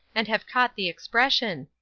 and have caught the expression.